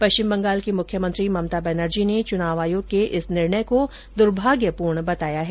पश्चिम बंगाल की मुख्यमंत्री ममता बेनर्जी ने चुनाव आयोग के इस निर्णय को दुर्भाग्यपूर्ण बताया है